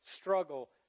struggle